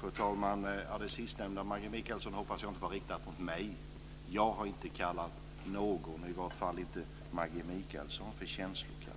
Fru talman! Det sistnämnda, Maggi Mikaelsson, hoppas jag inte var riktat mot mig. Jag har inte kallat någon, i vart fall inte Maggi Mikaelsson, för känslokall.